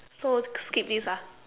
so skip this ah